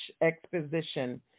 exposition